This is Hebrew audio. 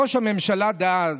ראש הממשלה דאז,